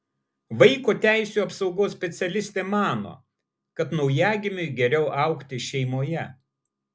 vaiko teisių apsaugos specialistė mano kad naujagimiui geriau augti šeimoje